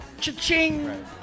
Cha-ching